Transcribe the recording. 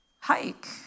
hike